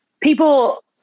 people